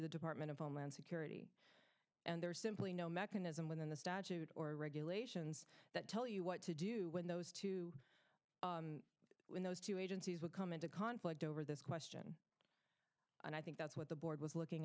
the department of homeland security and there's simply no mechanism within the statute or regulations that tell you what to do when those two when those two agencies would come into conflict over this question and i think that's what the board was looking